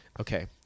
Okay